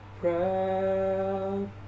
proud